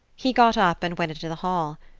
he got up and went into the hall.